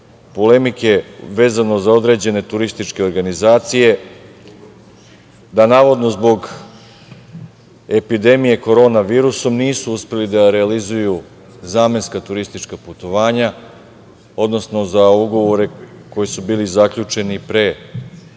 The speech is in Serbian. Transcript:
polemike vezano za određene turističke organizacije, da navodno zbog epidemije Korona virusom nisu uspeli da realizuju zamenska turistička putovanja, odnosno za ugovore koji su bili zaključeni pre